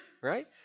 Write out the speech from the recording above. Right